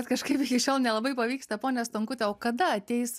kažkaip iki šiol nelabai pavyksta ponia stonkutė o kada ateis